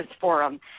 Forum